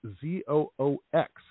Z-O-O-X